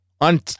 on